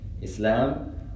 Islam